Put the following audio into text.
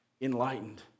enlightened